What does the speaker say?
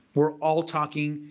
we're all talking,